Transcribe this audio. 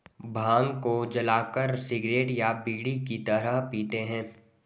भांग को जलाकर सिगरेट या बीड़ी की तरह पीते हैं